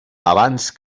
abans